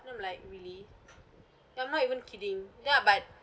then I'm like really I'm not even kidding ya but